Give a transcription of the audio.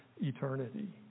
eternity